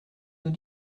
nous